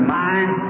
mind